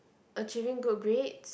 achieving good grades